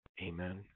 Amen